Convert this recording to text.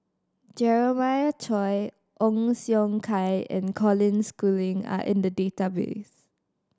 Jeremiah Choy Ong Siong Kai and Colin Schooling are in the database